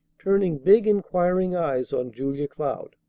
turning big inquiring eyes on julia cloud.